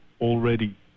already